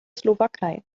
slowakei